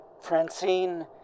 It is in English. Francine